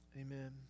amen